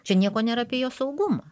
čia nieko nėra apie jo saugumą